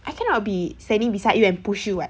I cannot be standing beside you and push you